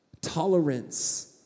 Tolerance